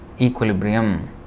equilibrium